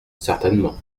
certainement